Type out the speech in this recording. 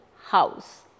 house